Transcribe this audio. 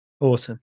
Awesome